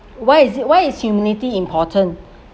why is it why is humanity important